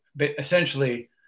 essentially